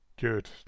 good